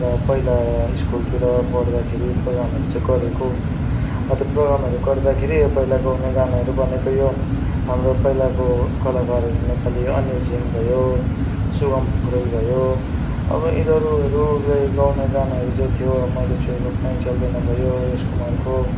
तर पहिला स्कुलतिर पढ्दाखेरि प्रोगामहरू चाहिँ गरेको त्यो प्रोगामहरू गर्दाखेरि यो पहिला गाउने गानाहरू भनेको यो हाम्रो पहिलाको कलाकारहरू नेपाली अनिल सिंह भयो सुगम पोखरेल भयो अब यिनीहरूले गाउँने गानाहरू चाहिँ थियो मैले छोएको पानी चल्दैन भयो यश कुमारको